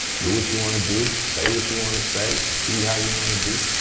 do what you wanna do, say what you wanna say, be how you wanna be.